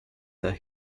that